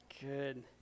Good